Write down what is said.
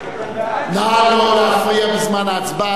נא לא להפריע בזמן ההצבעה, רבותי.